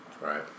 Right